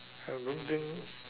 I don't think